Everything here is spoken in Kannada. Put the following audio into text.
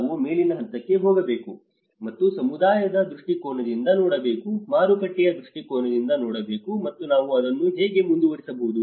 ನಾವು ಮೇಲಿನ ಹಂತಕ್ಕೆ ಹೋಗಬೇಕು ಮತ್ತು ಸಮುದಾಯದ ದೃಷ್ಟಿಕೋನದಿಂದ ನೋಡಬೇಕು ಮಾರುಕಟ್ಟೆಯ ದೃಷ್ಟಿಕೋನದಿಂದ ನೋಡಬೇಕು ಮತ್ತು ನಾವು ಅದನ್ನು ಹೀಗೆ ಮುಂದುವರಿಸಬಹುದು